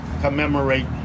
commemorate